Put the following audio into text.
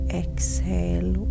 exhale